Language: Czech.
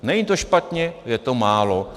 Není to špatně, je to málo.